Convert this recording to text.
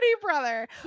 brother